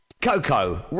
Coco